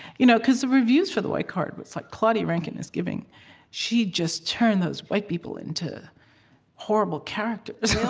you know because the reviews for the white card, it's like, claudia rankine is giving she just turned those white people into horrible characters.